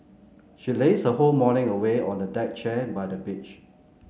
she lazed her whole morning away on a deck chair by the beach